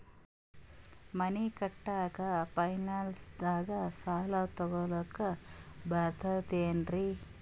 ಮನಿ ಕಟ್ಲಕ್ಕ ಫೈನಾನ್ಸ್ ದಾಗ ಸಾಲ ತೊಗೊಲಕ ಬರ್ತದೇನ್ರಿ?